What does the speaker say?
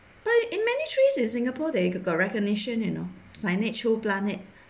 but in many trees in singapore they got recognition you know signage who plant it